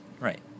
Right